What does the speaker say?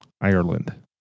Ireland